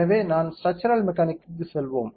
எனவே நாம் ஸ்ட்ராச்சரல் மெக்கானிக்கு செல்வோம்